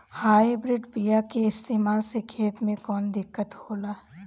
Hybrid बीया के इस्तेमाल से खेत में कौन दिकत होलाऽ?